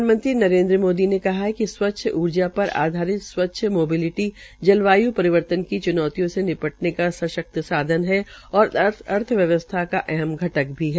प्रधानमंत्री नरेन्द्र मोदी ने कहा है कि स्वच्छ ऊर्जा पर आधारित स्वच्छ मोबालिटी जलवाय् परिवर्तन की च्नौतियों से निपटने का सशक्त साधन है और अर्थव्यवसथा का अहम घटक भी है